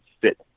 fit